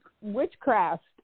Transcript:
witchcraft